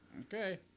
Okay